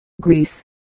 Greece